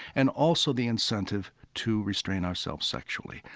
and also the incentive to restrain ourselves sexually.